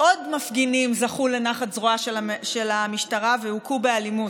עוד מפגינים זכו לנחת זרועה של המשטרה והוכו באלימות.